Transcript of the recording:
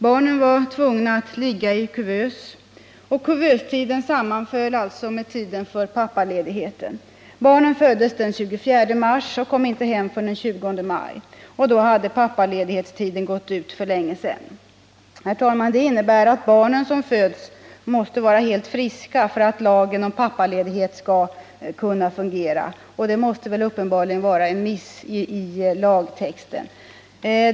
Barnen var tvungna att ligga i kuvös, och kuvöstiden sammanföll med tiden för pappaledigheten. Barnen föddes den 24 mars och kom inte hem förrän den 20 maj. Och då hade pappaledighetstiden utgått för länge sedan. Herr talman! Detta innebär att barnen måste vara helt friska för att lagen om pappaledighet skall kunna fungera. Det måste vara en miss i lagtexten.